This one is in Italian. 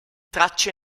tracce